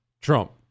Trump